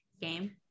game